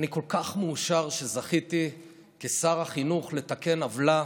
אני כל כך מאושר שזכיתי כשר החינוך לתקן עוולה